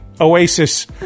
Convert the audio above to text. Oasis